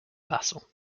vassal